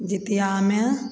जीतियामे